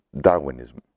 Darwinism